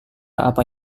apa